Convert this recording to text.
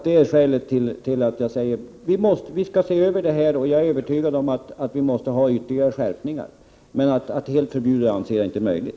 Det är skälet till att jag säger att vi skall se över det här; jag är övertygad om att vi måste få till stånd ytterligare skärpningar, men att helt förbjuda det anser jag inte möjligt.